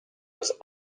was